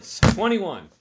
Twenty-one